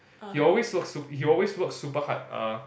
he always work super he always super hard uh